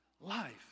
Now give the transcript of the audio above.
life